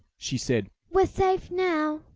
she said, we're safe now,